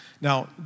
Now